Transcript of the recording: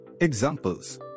Examples